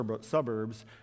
suburbs